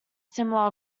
similar